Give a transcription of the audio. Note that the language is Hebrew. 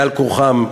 בעל-כורחם,